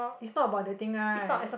it's not about dating right